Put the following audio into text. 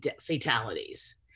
fatalities